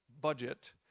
budget